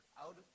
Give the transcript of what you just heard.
out